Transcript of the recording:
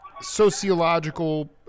sociological